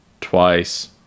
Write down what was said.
twice